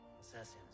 assassins